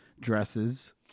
dresses